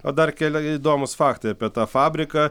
o dar keli įdomūs faktai apie tą fabriką